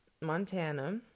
Montana